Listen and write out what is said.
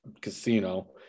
Casino